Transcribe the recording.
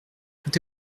tout